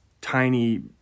tiny